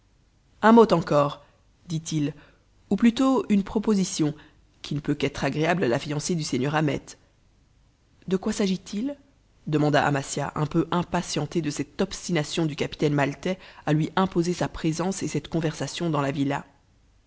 un mot encore dit-il ou plutôt une proposition qui ne peut qu'être agréable à la fiancée du seigneur ahmet de quoi s'agit-il demanda amasia un peu impatientée de cette obstination du capitaine maltais à lui imposer sa présence et cette conversation dans la villa